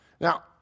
Now